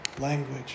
language